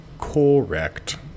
Correct